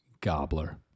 Gobbler